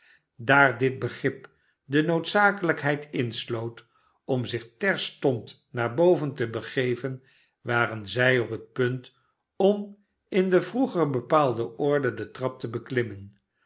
daar dit begrip de noodzakelijkheid insloot om zich terstond naar boven te begeven waren zij op het punt om in de vroeger bepaalde orde de trap te beklimmen